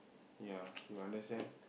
ya you understand